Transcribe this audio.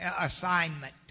Assignment